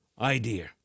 idea